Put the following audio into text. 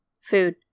Food